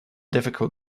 difficult